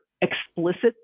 explicit